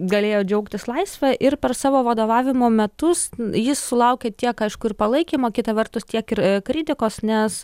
galėjo džiaugtis laisve ir per savo vadovavimo metus jis sulaukė tiek aišku ir palaikymo kita vertus tiek ir kritikos nes